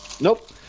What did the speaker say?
nope